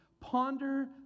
Ponder